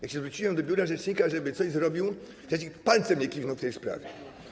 Jak się zwróciłem do biura rzecznika, żeby coś zrobił, to palcem nie kiwnął w tej sprawie.